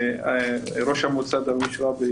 ראש המועצה דרוויש ראבי